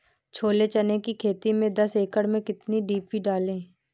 छोले चने की खेती में दस एकड़ में कितनी डी.पी डालें?